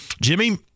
Jimmy